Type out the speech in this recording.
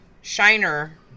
Shiner